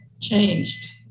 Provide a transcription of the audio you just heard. changed